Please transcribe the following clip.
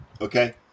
okay